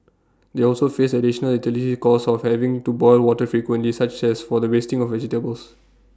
they also faced additional utilities cost of having to boil water frequently such as for the wasting of vegetables